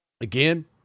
Again